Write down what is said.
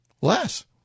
less